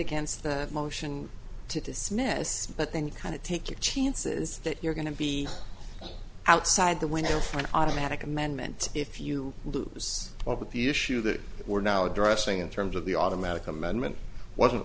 against the motion to dismiss but then you kind of take your chances that you're going to be outside the window for an automatic amendment if you lose what with the issue that we're now addressing in terms of the automatic amendment wasn't